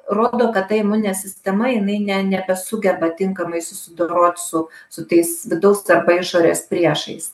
rodo kad ta imuninė sistema jinai ne nebesugeba tinkamai susidorot su su tais vidaus arba išorės priešais